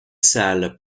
salle